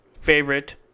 favorite